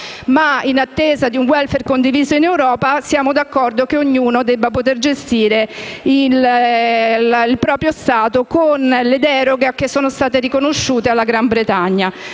in attesa di un *welfare* condiviso in Europa, siamo d'accordo che ognuno debba poter gestire il proprio Stato con le deroghe riconosciute alla Gran Bretagna.